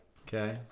Okay